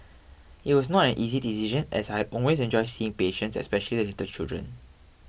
it was not an easy decision as I always enjoyed seeing patients especially the little children